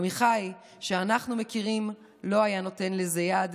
עמיחי שאנחנו מכירים לא היה נותן לזה יד,